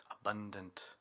abundant